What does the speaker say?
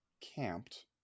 camped